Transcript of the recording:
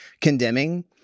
condemning